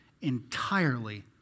entirely